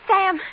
Sam